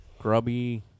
Grubby